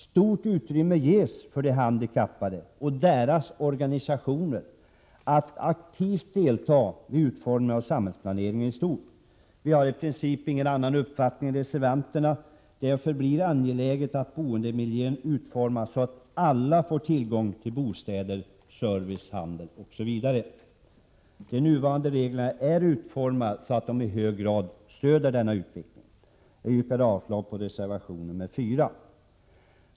Stort utrymme ges för de handikappade och deras organisationer att aktivt delta vid utformningen av samhällsplaneringen i stort. Vi har i princip ingen annan uppfattning än reservanterna. Det är och förblir angeläget att boendemiljön utformas så, att alla får tillgång till bostäder, service, handel osv. De nuvarande reglerna är utformade så att de i hög grad stöder en sådan utveckling. Jag yrkar avslag på reservation 4.